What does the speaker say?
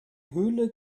höhle